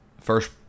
First